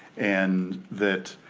and that,